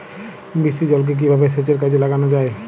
বৃষ্টির জলকে কিভাবে সেচের কাজে লাগানো যায়?